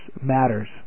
matters